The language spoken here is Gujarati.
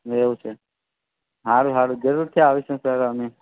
એવું છે સારું સારું જરૂરથી આવીશું સર અમે